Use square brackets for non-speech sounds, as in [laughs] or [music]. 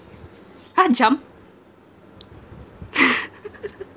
!huh! jump [laughs]